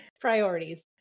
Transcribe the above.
Priorities